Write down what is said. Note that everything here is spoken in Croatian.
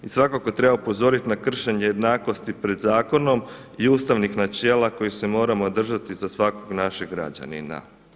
I svakako treba upozorit na kršenje jednakosti pred zakonom i ustavnih načela kojih se moramo držati za svakog našeg građanina.